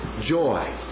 joy